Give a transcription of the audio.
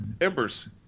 Embers